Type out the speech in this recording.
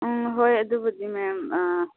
ꯍꯣꯏ ꯑꯗꯨꯕꯨꯗꯤ ꯃꯦꯝ